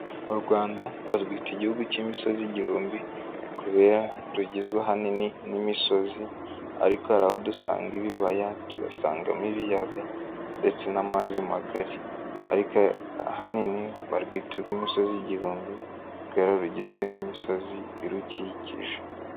U Rwanda barwita igihugu cy'imisozi igihumbi, kubera rugizwe ahanini n'imisozi ariko hari aho dusanga ibibaya, tugasangamo ibiyaga ndetse n'amazi magari ariko ahanini barwita urw'imisozi igihumbi, kubera rugizwe n'imisozi irukikije.